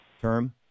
term